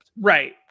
Right